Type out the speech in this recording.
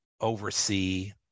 oversee